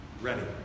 ready